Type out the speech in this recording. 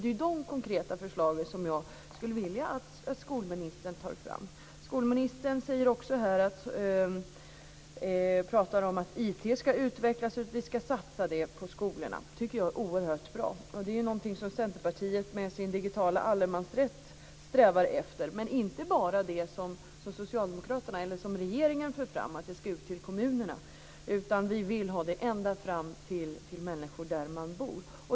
Det är de konkreta förslagen som jag skulle vilja att skolministern tar fram. Skolministern pratar också om att IT ska utvecklas och att vi ska satsa på det i skolorna. Det tycker jag är oerhört bra. Det är något som Centerpartiet med sin digitala allemansrätt strävar efter. Men det gäller inte bara det som Socialdemokraterna eller regeringen för fram, att det ska ut till kommunerna. Vi vill ha det ända fram till människorna där de bor.